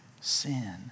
sin